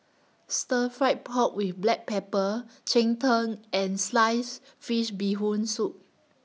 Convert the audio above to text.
Stir Fried Pork with Black Pepper Cheng Tng and Sliced Fish Bee Hoon Soup